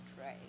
trade